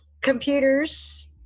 computers